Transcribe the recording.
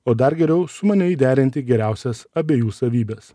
o dar geriau sumaniai derinti geriausias abiejų savybes